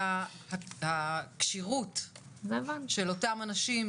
היה הכשירות של אותם אנשים,